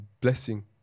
blessing